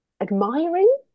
admiring